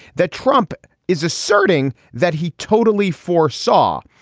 that trump is asserting that he totally foresaw.